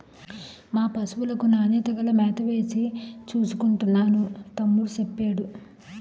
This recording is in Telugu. మా పశువులకు నాణ్యత గల మేతవేసి చూసుకుంటున్నాను తమ్ముడూ సెప్పేడు